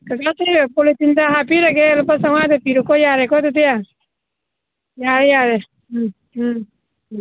ꯀꯀꯥ ꯁꯦ ꯄꯣꯂꯤꯊꯤꯟꯗ ꯍꯥꯞꯄꯤꯔꯒꯦ ꯂꯨꯄꯥ ꯆꯥꯝꯃꯉꯥꯗꯣ ꯄꯤꯔꯣꯀꯣ ꯌꯥꯔꯦꯀꯣ ꯑꯗꯨꯗꯤ ꯌꯥꯔꯦ ꯌꯥꯔꯦ ꯎꯝ ꯎꯝ ꯎꯝ